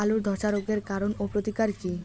আলুর ধসা রোগের কারণ ও প্রতিকার কি?